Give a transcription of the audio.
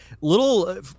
little